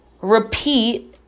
repeat